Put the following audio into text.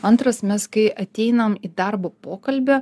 antras mes kai ateinam į darbo pokalbį